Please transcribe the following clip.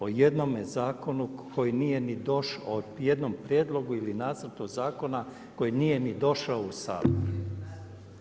O jednome zakonu koji nije ni došao, o jednom prijedlogu ili nacrtu zakona koji nije ni došao u Sabor.